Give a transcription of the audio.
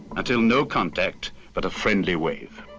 until no contact but a friendly wave.